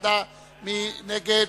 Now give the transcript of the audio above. מי נגד?